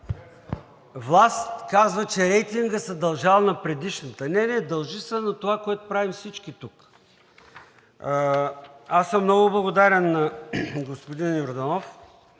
власт казва, че рейтингът се дължал на предишната. Не, не, дължи се на това, което правим всички тук. Аз съм много благодарен на господин Йорданов,